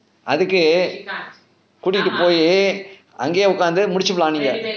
அதுக்கு கூட்டிட்டு போய் அங்கே உட்கார்ந்து முடிச்சிரலாம் இல்லை:athukku kutittu poi ange utkaarnthu mudichiralaam illai